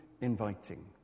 inviting